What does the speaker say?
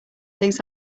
things